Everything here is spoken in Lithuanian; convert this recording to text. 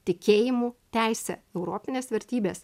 tikėjimu teise europinės vertybės